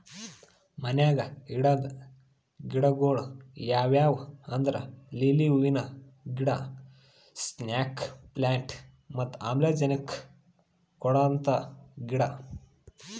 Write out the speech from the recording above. ಮನ್ಯಾಗ್ ಇಡದ್ ಗಿಡಗೊಳ್ ಯಾವ್ಯಾವ್ ಅಂದ್ರ ಲಿಲ್ಲಿ ಹೂವಿನ ಗಿಡ, ಸ್ನೇಕ್ ಪ್ಲಾಂಟ್ ಮತ್ತ್ ಆಮ್ಲಜನಕ್ ಕೊಡಂತ ಗಿಡ